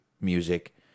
music